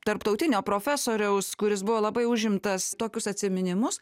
tarptautinio profesoriaus kuris buvo labai užimtas tokius atsiminimus